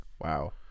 wow